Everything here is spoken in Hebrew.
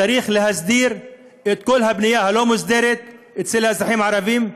צריך להסדיר את כל הבנייה הלא-מוסדרת אצל האזרחים הערבים,